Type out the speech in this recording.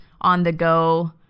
on-the-go